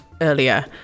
earlier